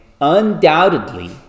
undoubtedly